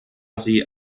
sie